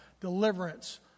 deliverance